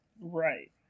Right